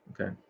Okay